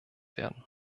werden